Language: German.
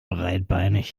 breitbeinig